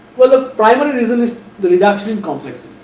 well, the primary reason is the reduction complex,